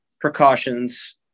precautions